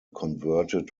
converted